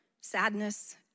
sadness